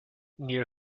near